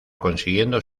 consiguiendo